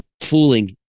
fooling